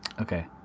Okay